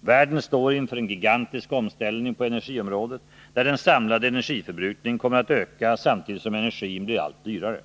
Världen står inför en gigantisk omställning på energiområdet, där den samlade energiförbrukningen kommer att öka samtidigt som energin blir allt dyrare.